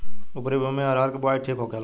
उपरी भूमी में अरहर के बुआई ठीक होखेला?